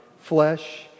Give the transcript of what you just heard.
flesh